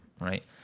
right